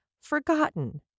forgotten